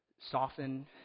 soften